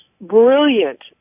brilliant